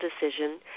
decision